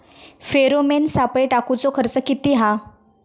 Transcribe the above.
Pheromone सापळे टाकूचो खर्च किती हा?